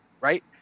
right